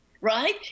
right